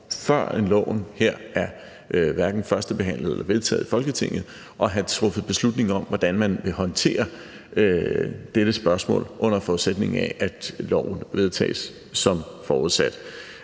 førend loven her er førstebehandlet eller vedtaget i Folketinget, at have truffet beslutning om, hvordan man vil håndtere dette spørgsmål, under forudsætning af at loven vedtages som forudsat.